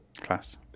class